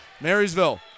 Marysville